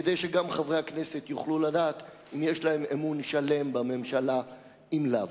כדי שגם חברי הכנסת יוכלו לדעת אם יש להם אמון שלם בממשלה אם לאו.